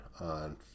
on